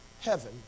heaven